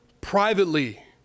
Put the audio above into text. privately